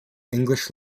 english